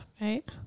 Right